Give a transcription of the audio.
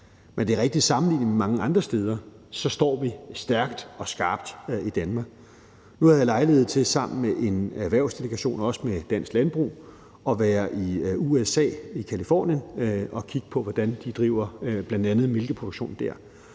Men det er rigtigt, at vi sammenlignet med mange andre steder står stærkt og skarpt i Danmark. Nu havde jeg lejlighed til sammen med en erhvervsdelegation og også Landbrug & Fødevarer at være i USA, i Californien, og kigge på, hvordan de bl.a. driver deres mælkeproduktion. Der